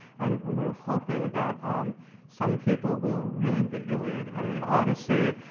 and we're hoping that some people will read the iliad and the odyssey,